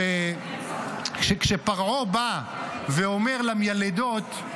שכשפרעה בא ואומר למיילדות,